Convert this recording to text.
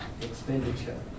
expenditure